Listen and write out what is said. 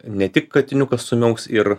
ne tik katiniukas sumiauks ir